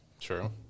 True